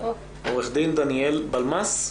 אז ככה,